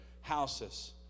houses